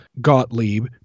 Gottlieb